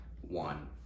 one